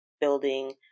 building